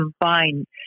combine